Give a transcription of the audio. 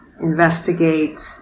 investigate